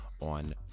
on